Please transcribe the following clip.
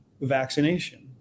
vaccination